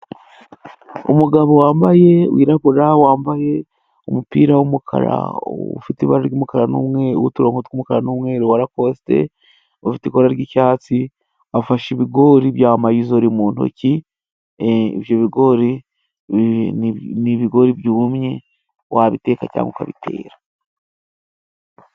Umugabo wambaye, wirabura wambaye umupira w'umukara ufite ibara ry'umukara umweru ,uturongo ko tw'umukara n'umweru wa lakosite ufite ikora ry'icyatsi afashe ibigori bya mayizori mu ntoki, ibyo bigori ni ibigori byumye wabiteka cyangwa ukabitera.